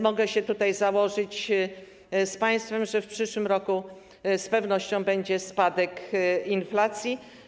Mogę się założyć z państwem, że w przyszłym roku z pewnością będzie spadek inflacji.